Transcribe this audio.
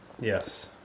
Yes